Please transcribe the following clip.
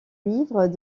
livres